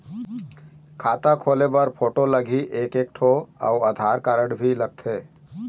खाता खोले बर फोटो लगही एक एक ठो अउ आधार कारड भी लगथे?